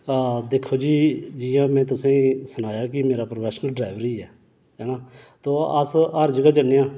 दिक्खो जी जि'यां में तुसें ई सनाया कि मेरा प्रोफैशन ड़्राइवरी ऐ है ना तो अस हर जगह् जन्ने आं